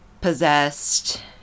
possessed